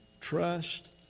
trust